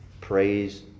Praise